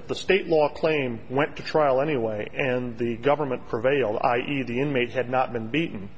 if the state law claim went to trial anyway and the government prevailed i e the inmate had not been beaten